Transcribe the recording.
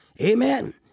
Amen